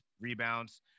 rebounds